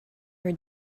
her